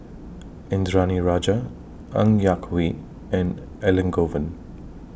Indranee Rajah Ng Yak Whee and Elangovan